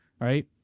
Right